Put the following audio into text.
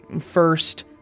First